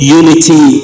unity